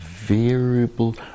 Variable